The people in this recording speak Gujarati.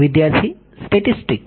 વિદ્યાર્થી સ્ટેટિસ્ટીક